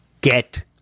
Get